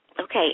Okay